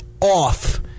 off